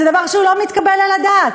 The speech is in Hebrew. זה דבר שהוא לא מתקבל על הדעת,